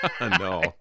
No